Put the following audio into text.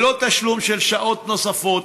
ללא תשלום של שעות נוספות,